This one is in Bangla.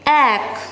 এক